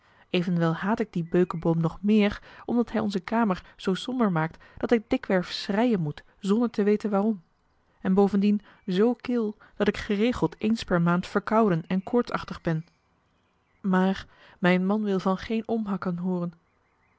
evenwel haat ik dien beukeboom nog meer omdat hij onze kamer zoo somber maakt dat ik dikwerf schreien moet zonder te weten waarom en bovendien zoo kil dat ik geregeld eens per maand verkouden en koortsachtig ben maar mijn man wil van geen omhakken hooren